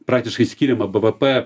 praktiškai skiriama bvp